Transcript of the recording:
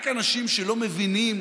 רק אנשים שלא מבינים